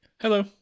Hello